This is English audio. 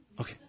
okay